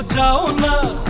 no. no.